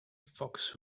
fox